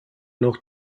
noch